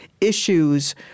issues